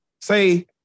say